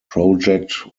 project